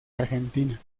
argentina